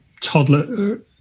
toddler